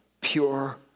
pure